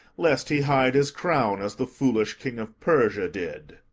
lest he hide his crown as the foolish king of persia did.